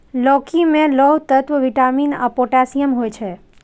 लौकी मे लौह तत्व, विटामिन आ पोटेशियम होइ छै